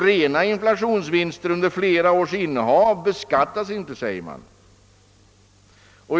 Rena inflationsvinster under flera års innehav beskattas inte, säger man.